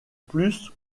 plus